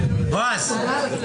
מי נמנע?